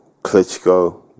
Klitschko